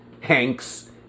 Hanks